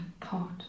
thought